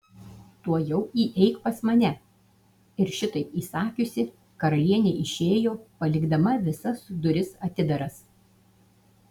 tuojau įeik pas mane ir šitaip įsakiusi karalienė išėjo palikdama visas duris atidaras